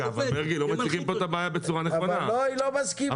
אבל היא לא מסכימה איתך.